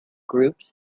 groups